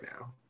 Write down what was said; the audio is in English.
now